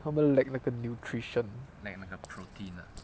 他们 lack 那个 nutrition